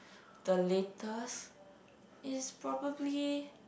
the latest is probably